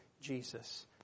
Jesus